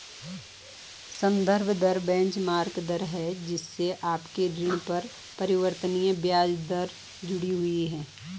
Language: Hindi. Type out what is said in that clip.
संदर्भ दर बेंचमार्क दर है जिससे आपके ऋण पर परिवर्तनीय ब्याज दर जुड़ी हुई है